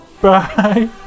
Bye